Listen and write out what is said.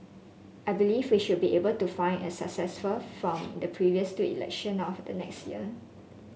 I believe we should be able to find a successful from the previous two election of the next year